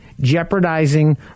jeopardizing